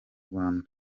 rwanda